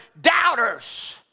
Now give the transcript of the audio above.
doubters